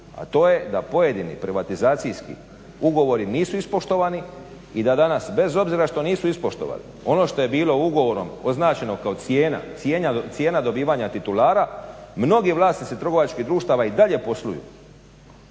A to je da pojedini privatizacijski ugovori nisu ispoštovani i da danas bez obzira što nisu ispoštovani ono što je bilo ugovorom označeno kao cijena dobivanja titulara mnogi vlasnici trgovačkih društava i dalje posluju,